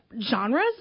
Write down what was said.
genres